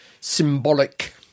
symbolic